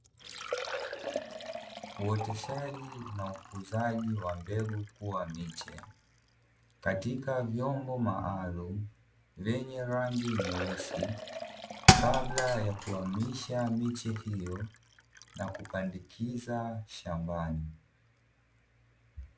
Uoteshaji na ukuzaji wa mbegu kuwa miche katika vyombo maalumu vyenye rangi nyeusi kabla ya kuhamisha miche hiyo na kupandikiza shambani.